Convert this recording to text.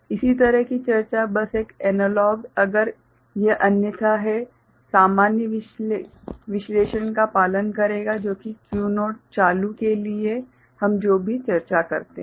इसी तरह की चर्चा बस एक एनालॉगस अगर यह अन्यथा है समान विश्लेषण का पालन करेगा जो कि Q0 चालू के लिए हम जो भी चर्चा करते हैं